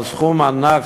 אבל המספר ענק,